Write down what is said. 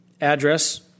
address